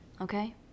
okay